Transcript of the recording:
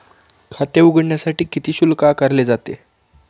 खाते उघडण्यासाठी किती शुल्क आकारले जाते?